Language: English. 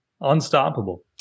Unstoppable